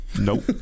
Nope